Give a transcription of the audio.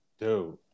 dude